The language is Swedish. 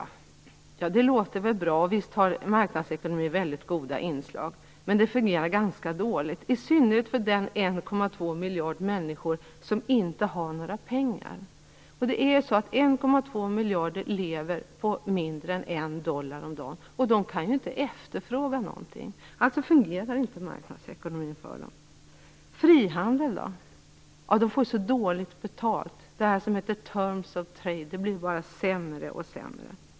Ja, det låter bra med marknadsekonomi, och visst har den väldigt goda inslag, men den fungerar ganska dåligt, i synnerhet för de 1,2 miljarder människor som inte har några pengar. 1,2 miljarder människor lever på mindre än 1 dollar om dagen, och de kan inte efterfråga någonting. Alltså fungerar inte marknadsekonomin för dem. Och hur är det med frihandeln? Man får så dåligt betalt - det som kallas terms of trade blir bara sämre och sämre.